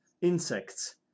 insects